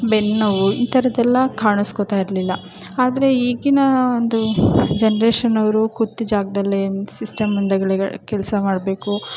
ಬೆನ್ನು ನೋವು ಈ ಥರದೆಲ್ಲ ಕಾಣಿಸ್ಕೋತ ಇರಲಿಲ್ಲ ಆದರೆ ಈಗಿನ ಒಂದು ಜನ್ರೇಷನ್ ಅವರು ಕೂತ ಜಾಗದಲ್ಲೇ ಸಿಸ್ಟಮ್ ಮುಂದೆಗಳಿಗಳ್ ಕೆಲಸ ಮಾಡಬೇಕು